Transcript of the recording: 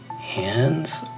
hands